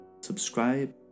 subscribe